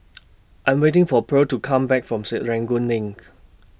I Am waiting For Pearle to Come Back from Serangoon LINK